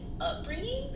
upbringing